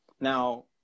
Now